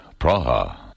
Praha